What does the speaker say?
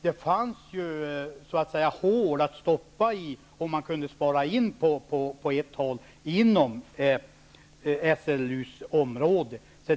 Det finns hål att stoppa pengarna i om man kan spara in på ett håll på SLU:s område.